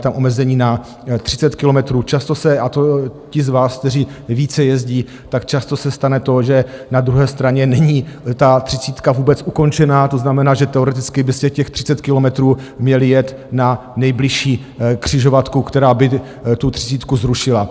Je tam omezení na 30 kilometrů, často se, a to ti z vás, kteří více jezdí, často se stane to, že na druhé straně není ta třicítka vůbec ukončená, to znamená, že teoreticky byste těch 30 kilometrů měli jet na nejbližší křižovatku, která by tu třicítku zrušila.